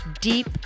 deep